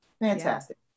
Fantastic